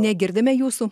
negirdime jūsų